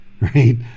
right